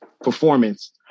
performance